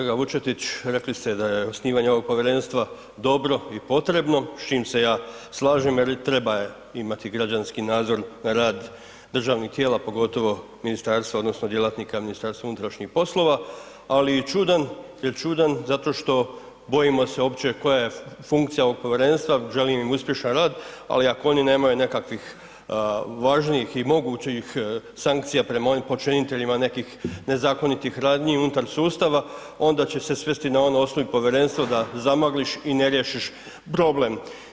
Kolega Vučetić, rekli ste da je osnivanje ovog povjerenstva dobro i potrebno, s čim se ja slažem jer treba imati građanski nadzor na rad državnih tijela, pogotovo ministarstva odnosno djelatnika MUP-a ali i čudan jer čudan zato što bojimo se uopće koja je funkcija ovog povjerenstva, želim im uspješan rad ali ako oni nemaju nekakvih važnijih i mogućih sankcija prema onim počiniteljima nekih nezakonitih radnji unutar sustava, onda će se svesti na ono osnuj povjerenstvo da zamagliš i ne riješiš problem.